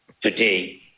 today